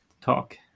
Talk